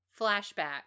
flashback